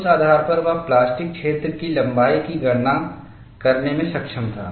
उस आधार पर वह प्लास्टिक क्षेत्र की लंबाई की गणना करने में सक्षम था